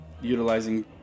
utilizing